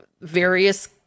various